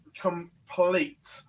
complete